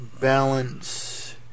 balance